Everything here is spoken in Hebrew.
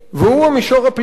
והוא המישור הפלילי.